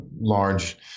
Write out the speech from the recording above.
large